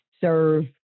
serve